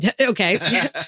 Okay